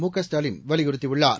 முகஸ்டாலின் வலியுறுத்தியுள்ளார்